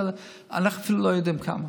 אנחנו אפילו לא יודעים כמה.